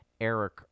Eric